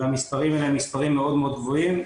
והמספרים הם מספרים מאוד גבוהים,